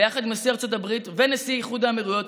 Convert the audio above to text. ביחד עם נשיא ארצות הברית ונשיא איחוד האמירויות,